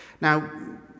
Now